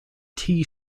tea